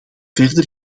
verder